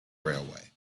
railway